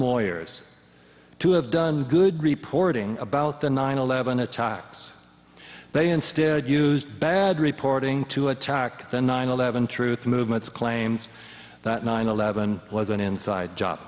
more years to have done good reporting about the nine eleven attacks but instead used bad reporting to attack the nine eleven truth movement claims that nine eleven was an inside job